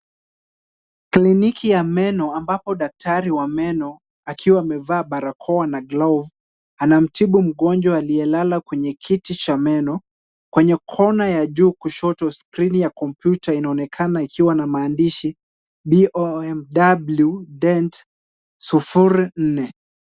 Kliniki ya meno ambapo daktari wa meno akiwa amevaa barakoa na glove anamtibu mgonjwa aliyelala kwenye kiti cha meno. Kwenye kona ya juu kushoto skrini ya kompyuta inaonekana ikiwa na maandishi BOMW Dent 04.